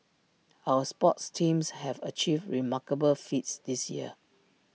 our sports teams have achieved remarkable feats this year